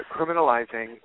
criminalizing